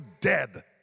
dead